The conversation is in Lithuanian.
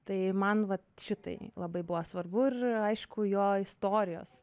tai man va šitai labai buvo svarbu ir aišku jo istorijos